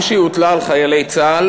בפעם שהיא הוטלה על חיילי צה"ל,